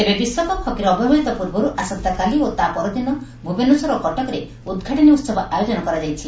ତେବେ ବିଶ୍ୱକପ୍ ହକିର ଅବ୍ୟବହିତ ପୂର୍ବରୁ ଆସନ୍ତାକାଲି ଓ ତା' ପରଦିନ ଭୁବନେଶ୍ୱର ଓ କଟକରେ ଉଦ୍ଘାଟନୀ ଉହବ ଆୟୋଜନ କରାଯାଇଛି